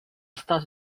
stato